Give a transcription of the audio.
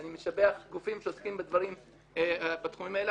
אני משבח שעוסקים בתחומים האלה.